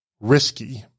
risky